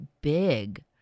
big